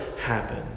happen